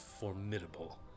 formidable